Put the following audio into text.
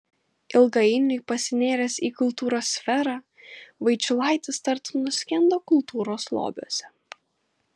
ilgainiui pasinėręs į kultūros sferą vaičiulaitis tartum nuskendo kultūros lobiuose